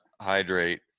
hydrate